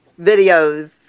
videos